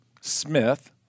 Smith